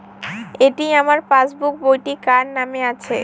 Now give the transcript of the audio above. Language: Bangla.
এটি আমার পাসবুক বইটি কার নামে আছে?